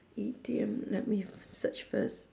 idiom let me search first